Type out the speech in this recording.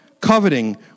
coveting